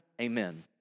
Amen